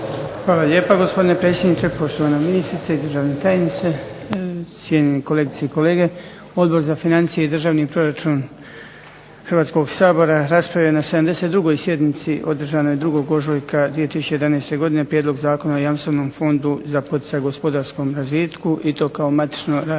Hvala lijepa gospodine predsjedniče, poštovana ministrice i državni tajniče, cijenjeni kolegice i kolege. Odbor za financije i državni proračun Hrvatskog sabora raspravio je na 72. sjednici održanoj 2. ožujka 2011. godine Prijedlog zakona o Jamstvenom fondu za poticaj gospodarskom razvitku i to kao matično radno